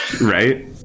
Right